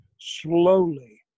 slowly